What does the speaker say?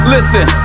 Listen